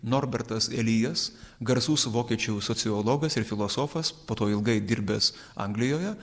norbertas elijas garsus vokiečių sociologas ir filosofas po to ilgai dirbęs anglijoje